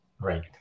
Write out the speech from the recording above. Right